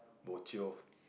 bo-jio